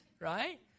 Right